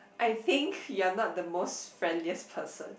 I think you are not the most friendliest person